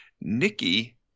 Nikki